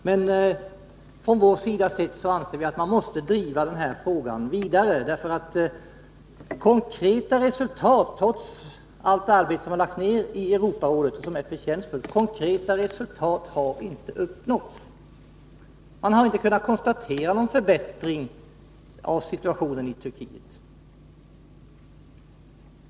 Men från vår sida anser vi att man måste driva den här frågan vidare, därför att konkreta resultat, trots allt förtjänstfullt arbete som lagts ner i Europarådet inte har uppnåtts. Man har inte kunnat konstatera någon förbättring av situationen i Turkiet.